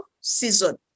season